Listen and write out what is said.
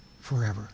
forever